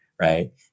right